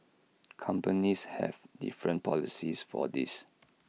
companies have different policies for this